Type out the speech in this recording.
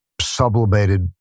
sublimated